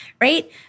right